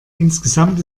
insgesamt